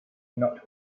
not